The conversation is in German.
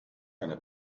eine